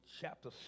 chapter